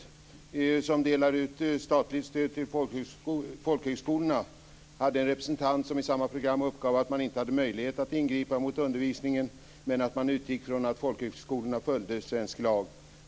I samma program uppgav en representant för Folkbildningsrådet, som delar ut statligt stöd till folkhögskolorna, att man inte hade möjlighet att ingripa mot undervisningen men att man utgick från att folkhögskolorna följde svensk lag.